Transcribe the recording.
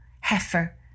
Heifer